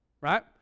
right